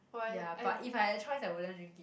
ya but if I had a choice I wouldn't drink it